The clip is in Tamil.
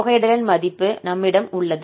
தொகையிடலின் மதிப்பு இப்போது நம்மிடம் உள்ளது